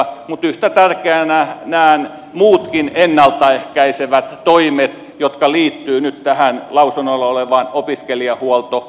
mutta yhtä tärkeänä näen muutkin ennalta ehkäisevät toimet jotka liittyvät nyt tähän lausunnoilla olevaan opiskelijahuoltolakiin